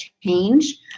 change